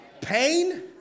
Pain